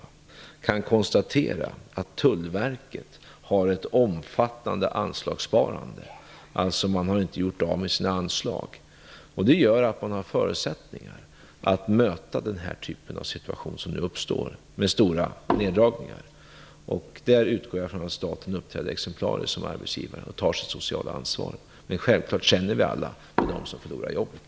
Jag kan konstatera att Tullverket har ett omfattande anslagssparande, dvs. det har inte gjort av med sina anslag. Det gör att man har förutsättningar att möta den typ av situation som nu uppstår med stora neddragningar. Jag utgår där från att staten uppträder exemplariskt som arbetsgivare och tar sitt sociala ansvar. Självfallet känner vi alla med dem som förlorar jobbet.